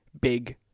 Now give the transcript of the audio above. big